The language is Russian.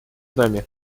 нами